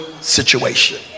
situation